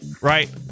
right